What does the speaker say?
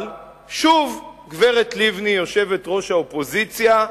אבל שוב, גברת לבני, יושבת-ראש האופוזיציה,